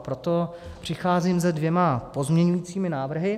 Proto přicházím se dvěma pozměňovacími návrhy.